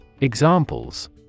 Examples